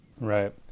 right